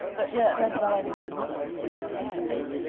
but yeah but now i remember what i was going to say, if i may.